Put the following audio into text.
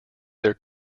their